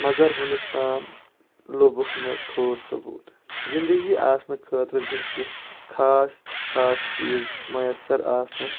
مگر وُنیُک تام لوٚبُکھ نہٕ ٹھوس ثبوٗت زِنٛدگی آسنہٕ خأطرٕ گژھہِ خاص خاص چیٖز میسر آسُن